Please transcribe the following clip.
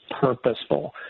purposeful